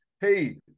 Hey